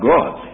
God